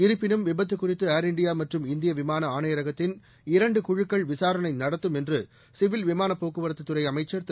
இருப்பினும் விபத்து குறித்து ஏர் இந்தியா மற்றும் இந்திய விமாள ஆணையரகத்தின் இரண்டு குழுக்கள் விசாரணை நடத்தும் என்று சிவில் விமான போக்குவரத்து அமைச்சர் திரு